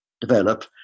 develop